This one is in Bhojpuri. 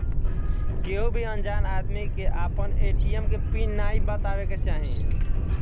केहू भी अनजान आदमी के आपन ए.टी.एम के पिन नाइ बतावे के चाही